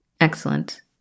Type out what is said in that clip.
Excellent